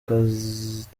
atazi